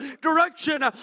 direction